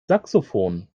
saxophon